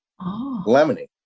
lemony